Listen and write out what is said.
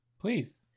Please